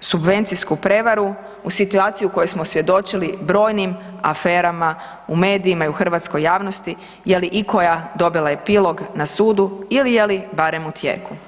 subvencijsku prevaru u situaciji u kojoj smo svjedočili brojnim aferama u medijima i u hrvatskoj javnosti, je li ikoja dobila epilog na sudu ili je li barem u tijeku.